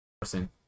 person